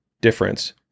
difference